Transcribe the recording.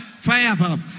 forever